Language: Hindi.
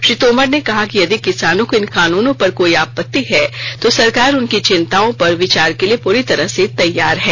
श्री तोमर ने कहा कि यदि किसानों को इन कानूनों पर कोई आपत्ति है तो सरकार उनकी चिंताओं पर विचार के लिए पूरी तरह से तैयार है